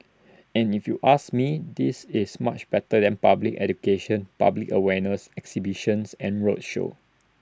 and if you ask me this is much better than public education public awareness exhibitions and roadshow